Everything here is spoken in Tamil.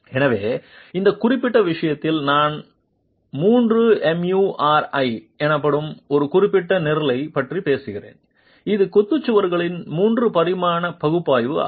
எனவே இந்த குறிப்பிட்ட விஷயத்தில் நான் 3 எம்யுஆர்ஐ எனப்படும் ஒரு குறிப்பிட்ட நிரலைப் பற்றி பேசுகிறேன் இது கொத்து சுவர்களின் 3 பரிமாண பகுப்பாய்வு ஆகும்